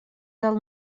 del